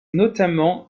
notamment